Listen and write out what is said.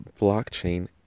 blockchain